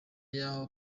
yaho